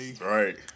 Right